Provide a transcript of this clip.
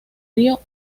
río